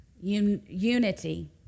unity